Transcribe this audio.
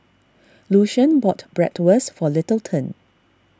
Lucian bought Bratwurst for Littleton